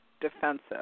defensive